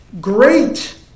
great